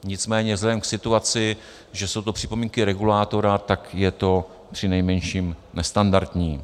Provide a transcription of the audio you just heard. Nicméně vzhledem k situaci, že jsou to připomínky regulátora, tak je to přinejmenším nestandardní.